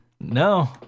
No